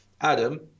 Adam